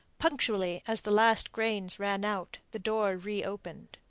punctually as the last grains ran out, the door reopened.